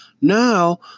Now